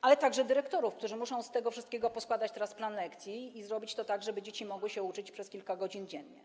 ale także dyrektorów, którzy muszą z tego wszystkiego poskładać teraz plan lekcji i zrobić to tak, żeby dzieci mogły się uczyć przez kilka godzin dziennie.